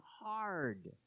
hard